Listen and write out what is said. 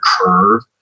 curve